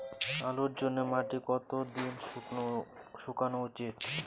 আলুর জন্যে মাটি কতো দিন শুকনো উচিৎ?